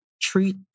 treat